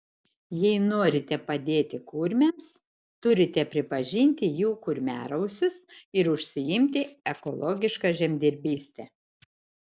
jei norite padėti kurmiams turite pripažinti jų kurmiarausius ir užsiimti ekologiška žemdirbyste